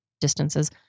distances